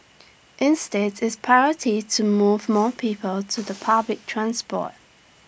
insteads its priority to move more people to the public transport